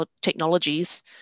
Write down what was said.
technologies